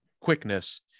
quickness